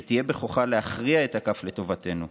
שתהיה בכוחה להכריע את הכף לטובתנו,